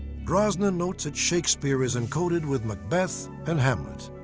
drosnin notes that shakespeare is encoded with macbeth and hamlet.